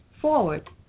Forward